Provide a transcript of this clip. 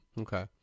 Okay